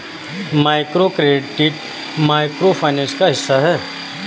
microcredit micro finance का हिस्सा है